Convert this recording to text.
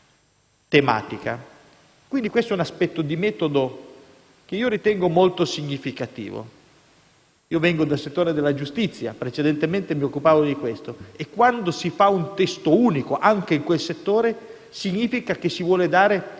quindi questo è un aspetto di metodo che ritengo molto significativo. Io provengo dal settore della giustizia, di cui mi occupavo in precedenza, e quando si fa un testo unico anche in quel settore, significa che si vuole dare forte